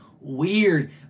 weird